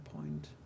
point